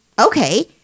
Okay